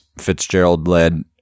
Fitzgerald-led